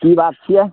की बात छियै